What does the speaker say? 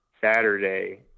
Saturday